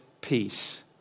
peace